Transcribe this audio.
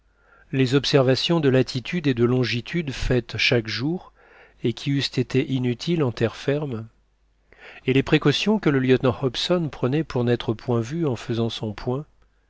les observations de latitude et de longitude faites chaque jour et qui eussent été inutiles en terre ferme et les précautions que le lieutenant hobson prenait pour n'être point vu en faisant son point